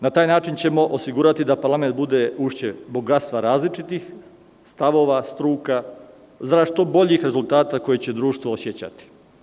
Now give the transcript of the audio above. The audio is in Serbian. Na taj način ćemo osigurati da parlament bude ušće bogatstva različitosti stavova, struka zarad što boljih rezultata koje će društvo osećati.